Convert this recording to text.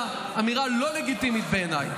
זו אמירה לא נכונה, אמירה לא לגיטימית בעיניי.